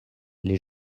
les